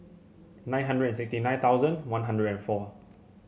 nine hundred and sixty nine thousand One Hundred and four